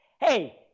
Hey